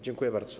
Dziękuję bardzo.